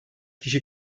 kişi